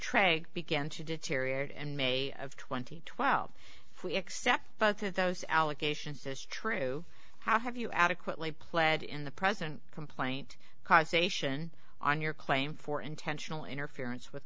trade began to deteriorate and may of twenty twelve if we accept both of those allegations is true how have you adequately pled in the present complaint card station on your claim for intentional interference with